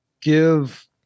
give